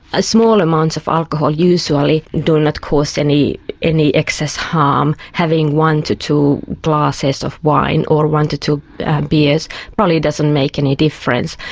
a small amount of alcohol usually doesn't ah cause any any excess harm having one to two glasses of wine or one to two beers probably doesn't make any difference.